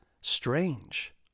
strange